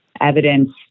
evidence